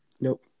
Nope